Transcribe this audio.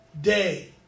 day